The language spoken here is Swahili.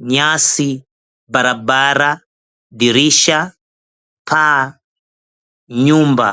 nyasi, barabara, dirisha, paa, nyumba.